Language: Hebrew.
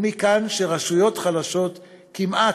מכאן שרשויות חלשות כמעט,